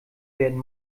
werden